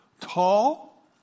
tall